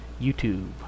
YouTube